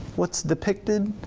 what's depicted?